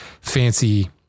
fancy